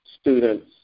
students